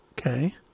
Okay